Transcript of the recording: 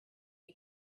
you